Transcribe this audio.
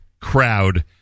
crowd